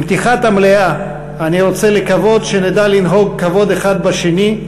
עם פתיחת המליאה אני רוצה לקוות שנדע לנהוג כבוד האחד בשני,